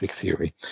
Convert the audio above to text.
theory